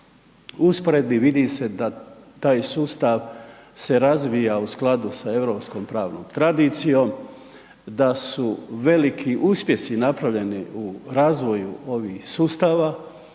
usporedbi vidi se da taj sustav se razvija u skladu sa Europskom pravnom tradicijom, da su veliki uspjesi napravljeni u razvoju ovih sustava